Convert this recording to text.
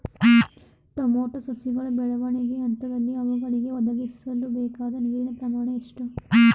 Tomato ಸಸಿಗಳ ಬೆಳವಣಿಗೆಯ ಹಂತದಲ್ಲಿ ಅವುಗಳಿಗೆ ಒದಗಿಸಲುಬೇಕಾದ ನೀರಿನ ಪ್ರಮಾಣ ಎಷ್ಟು?